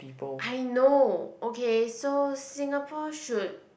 I know okay so Singapore should